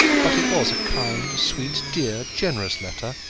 but it was a kind, sweet, dear, generous letter,